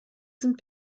sind